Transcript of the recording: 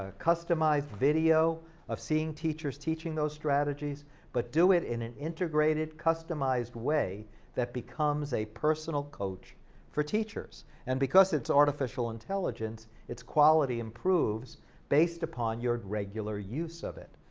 ah customized video of seeing teachers teaching those strategies but do it in an integrated, customized way that becomes a personal coach for teachers and because it's artificial intelligence, it's quality improves based upon your regular use of it.